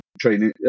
training